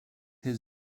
his